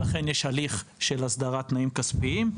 לכן, יש הליך של הסדרת תנאים כספיים.